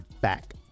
back